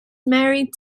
married